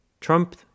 Trump